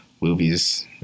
movies